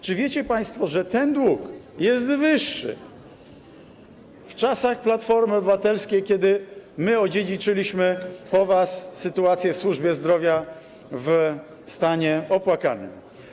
Czy wiecie państwo, że ten dług był wyższy w czasach Platformy Obywatelskiej, kiedy odziedziczyliśmy po was sytuację w służbie zdrowia w stanie opłakanym?